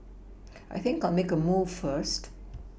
I think I'll make a move first